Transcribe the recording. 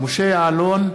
משה יעלון,